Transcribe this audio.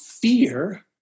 Fear